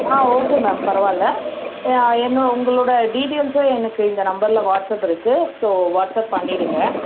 ஆ okay ma'am பரவாயில்லை என் உங்களோடய டீடெயில்ஸ்ஸும் எனக்கு இந்த நம்பரில் வாட்ஸ்அப் இருக்குது ஸோ வாட்ஸ்அப் பண்ணிவிடுங்க